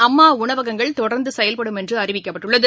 அம்மாஉணவகங்கள் தொடர்ந்துசெயல்படும் என்றுஅறிவிக்கப்பட்டுள்ளது